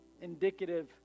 indicative